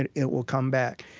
and it will come back.